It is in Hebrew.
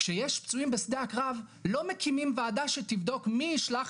כשיש פצועים בשדה הקרב לא מקימים ועדה שתבדוק מי ישלח